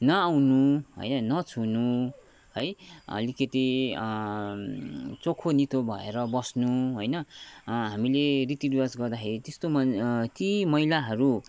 नआउनु होइन नछुनु है अलिकति चोखो नितो भएर बस्नु होइन हामीले रीतिरिवाज गर्दाखेरि त्यस्तो ती महिलाहरू